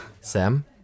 Sam